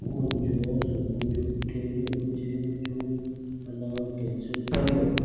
मुंहिंजो सुबूह जो अठे वजे जो अलार्म कैंसिल करियो